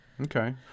Okay